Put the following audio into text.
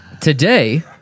today